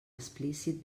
explícit